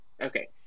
Okay